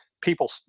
people